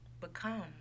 Become